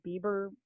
bieber